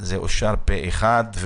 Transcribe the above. זה אושר פה אחד.